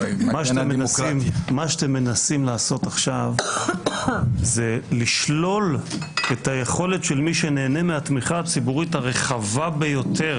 אתם מנסים כעת לשלול את מי שנהנה מהתמיכה הציבורית הרחבה ביותר